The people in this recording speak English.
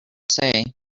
say